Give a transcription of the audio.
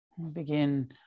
Begin